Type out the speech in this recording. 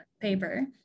paper